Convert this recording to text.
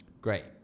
great